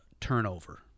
turnover